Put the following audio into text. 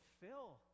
fill